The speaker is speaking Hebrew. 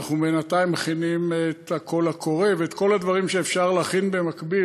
אנחנו בינתיים מכינים את הקול הקורא ואת כל הדברים שאפשר להכין במקביל,